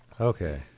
Okay